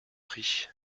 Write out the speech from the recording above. prie